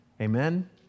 Amen